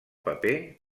paper